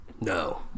no